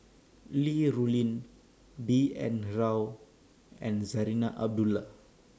Li Rulin B N Rao and Zarinah Abdullah